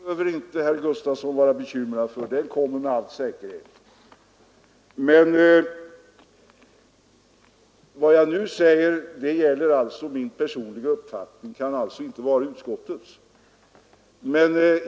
Herr talman! Voteringen behöver inte herr Gustafsson i Byske vara bekymrad för; den kommer med all säkerhet. Vad jag nu säger är min personliga uppfattning.